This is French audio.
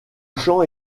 chant